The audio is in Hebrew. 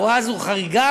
הוראה זו חריגה,